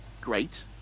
great